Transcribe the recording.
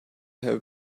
have